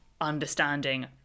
understanding